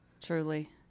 Truly